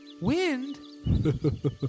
Wind